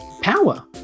power